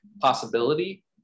possibility